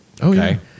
Okay